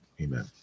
Amen